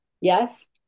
Yes